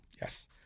Yes